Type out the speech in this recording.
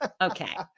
Okay